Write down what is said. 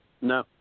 No